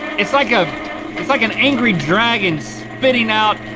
it's like ah it's like an angry dragon spitting out